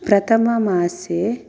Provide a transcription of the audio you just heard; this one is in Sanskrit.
प्रथममासे